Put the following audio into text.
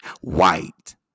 white